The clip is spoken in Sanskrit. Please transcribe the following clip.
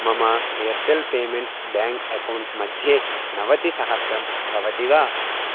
मम एर्टेल् पेमेण्ट्स् बेङ्क् अकौण्ट्मध्ये नवतिसहस्रं भवति वा